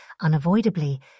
Unavoidably